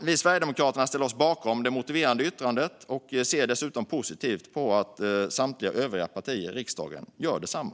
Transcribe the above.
Vi i Sverigedemokraterna ställer oss bakom det motiverade yttrandet och ser positivt på att samtliga övriga partier i riksdagen gör detsamma.